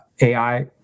AI